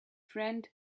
friend